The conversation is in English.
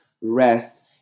rest